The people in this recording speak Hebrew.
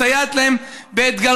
מסייעת להם באתגרים,